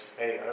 hey